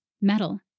metal